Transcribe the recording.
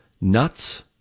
nuts